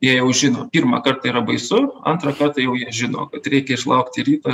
jie jau žino pirmą kartą yra baisu antrą kartą jau jie žino kad reikia išlaukti ryto